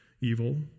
evil